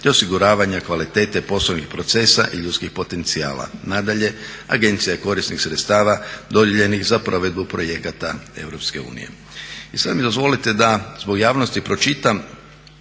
te osiguravanja kvalitete poslovnih procesa i ljudskih potencijala. Nadalje, agencija je korisnik sredstava dodijeljenih za provedbu projekata Europske unije. I sada mi dozvolite da zbog javnosti pročitam